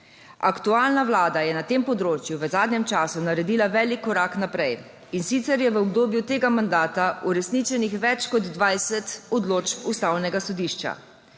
Aktualna vlada je na tem področju v zadnjem času naredila velik korak naprej, in sicer je v obdobju tega mandata uresničenih več kot 20 odločb Ustavnega sodišča.